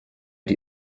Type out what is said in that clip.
die